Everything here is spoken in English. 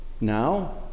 now